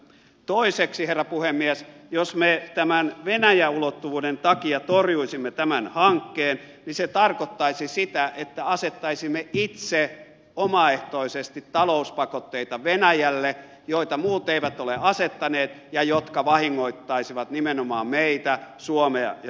toiseksi herra puhemies jos me tämän venäjä ulottuvuuden takia torjuisimme tämän hankkeen niin se tarkoittaisi sitä että asettaisimme itse omaehtoisesti venäjälle talouspakotteita joita muut eivät ole asettaneet ja jotka vahingoittaisivat nimenomaan meitä suomea ja suomalaisia